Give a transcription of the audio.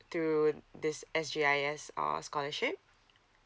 through this s g i s scholarship